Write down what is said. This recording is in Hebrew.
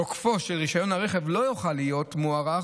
תוקפו של רישיון הרכב לא יוכל להיות מוארך